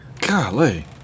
Golly